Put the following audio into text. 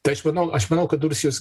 tai aš manau aš manau kad rusijos